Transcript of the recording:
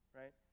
right